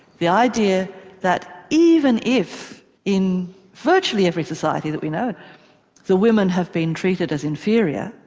the idea that even if in virtually every society that we know the women have been treated as inferior,